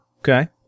Okay